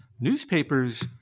Newspapers